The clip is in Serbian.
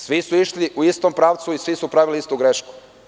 Svi su išli u istom pravcu i svi su pravili istu grešku.